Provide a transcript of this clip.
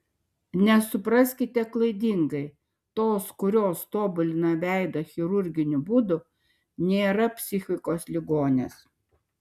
nesupraskite klaidingai tos kurios tobulina veidą chirurginiu būdu nėra psichikos ligonės